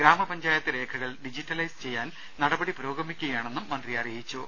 ഗ്രാമപഞ്ചായത്ത് രേഖകൾ ഡിജിറ്റലൈസ് ചെയ്യാൻ നടപടി പുരോഗമിക്കുകയാണെന്നും മന്ത്രി അറിയിച്ചു